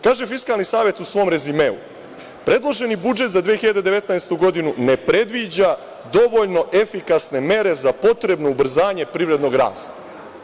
Kaže Fiskalni savet u svom rezimeu – predloženi budžet za 2019. godinu ne predviđa dovoljno efikasne mere za potrebno ubrzanje privrednog rasta.